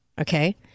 Okay